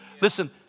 Listen